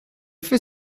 fait